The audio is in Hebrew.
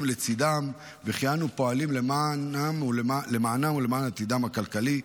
לצידם וכי אנו פועלים למענם ולמען עתידם הכלכלי.